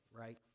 right